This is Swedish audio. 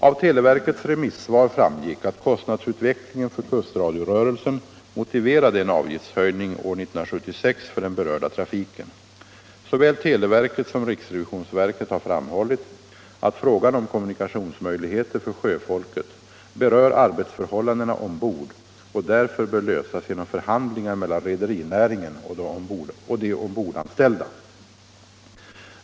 Av televerkets remissvar framgick att kostnadsutvecklingen för kustradiorörelsen motiverade en avgiftshöjning år 1976 för den berörda trafiken. Såväl televerket som riksrevisionsverket har framhållit att frågan om kommunikationsmöjligheter för sjöfolket berör arbetsförhållandena ombord och därför bör lösas genom förhandlingar mellan rederinäringen och de ombordanställda.